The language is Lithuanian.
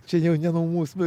čia jau ne nuo mūsų